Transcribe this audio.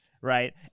right